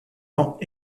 ans